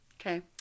Okay